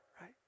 right